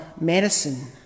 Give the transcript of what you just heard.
medicine